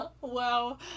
Wow